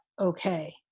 okay